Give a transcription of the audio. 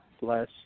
Bless